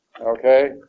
okay